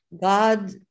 God